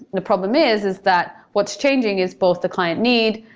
the problem is, is that what's changing is both the client need,